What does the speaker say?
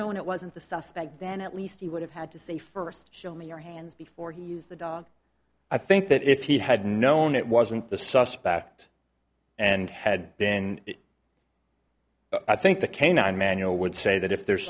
known it wasn't the suspect then at least he would have had to say first show me your hands before he used the dog i think that if he had known it wasn't the suspect and had been i think the canine man you know would say that if there's